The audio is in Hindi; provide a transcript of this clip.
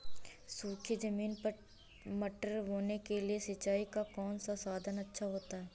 सूखी ज़मीन पर मटर बोने के लिए सिंचाई का कौन सा साधन अच्छा होता है?